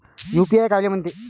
UPI कायले म्हनते?